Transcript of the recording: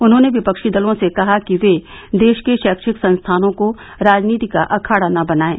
उन्होंने विपक्षी दलों से कहा कि वे देश के शैक्षिक संस्थानों को राजनीति का अखाड़ा न बनाएं